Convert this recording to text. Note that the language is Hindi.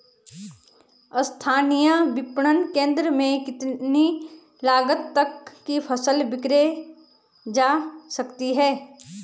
स्थानीय विपणन केंद्र में कितनी लागत तक कि फसल विक्रय जा सकती है?